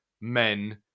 men